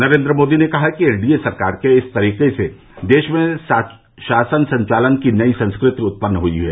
नरेंद्र मोदी ने कहा कि एनडीए सरकार के इस तरीके से देश में शासन संचालन की नई संस्कृति उत्पन्न हुई है